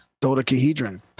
dodecahedron